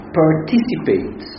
participate